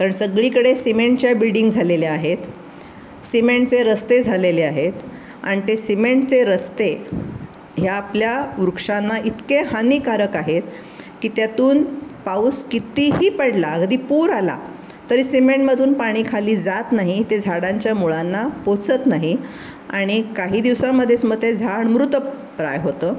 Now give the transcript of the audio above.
कारण सगळीकडे सिमेंटच्या बिल्डिंग झालेल्या आहेत सिमेंटचे रस्ते झालेले आहेत आणि ते सिमेंटचे रस्ते ह्या आपल्या वृक्षांना इतके हानीकारक आहेत की त्यातून पाऊस कितीही पडला कधी पूर आला तरी सिमेंटमधून पाणी खाली जात नाही ते झाडांच्या मुळांना पोचत नाही आणि काही दिवसामध्येच मग ते झाड मृतप्राय होतं